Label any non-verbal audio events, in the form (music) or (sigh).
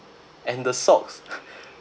and the socks (laughs)